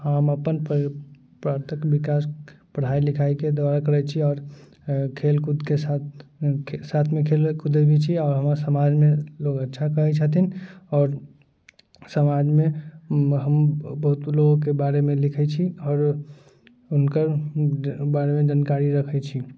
हम अपन पात्रक विकास पढाइ लिखाइके द्वारा करै छी आओर खेलकूदके साथ साथमे खेलै कूदै भी छी आओर हमर समाजमे लोग अच्छा कहै छथिन आओर समाजमे बहुत लोगके बारेमे लिखै छी आओर हुनकर बारेमे जानकारी रखै छी